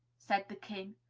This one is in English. said the king,